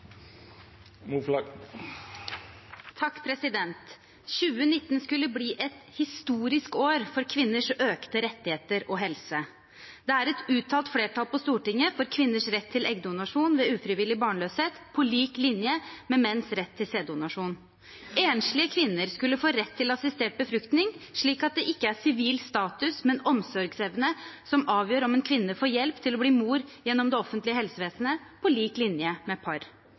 2019 skulle bli et historisk år for kvinners økte rettigheter og helse. Det er et uttalt flertall på Stortinget for kvinners rett til eggdonasjon ved ufrivillig barnløshet, på lik linje med menns rett til sæddonasjon. Enslige kvinner skulle få rett til assistert befruktning, slik at det ikke er sivil status, men omsorgsevne som avgjør om en kvinne får hjelp til å bli mor gjennom det offentlige helsevesenet på lik linje med par